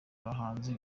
abahanzi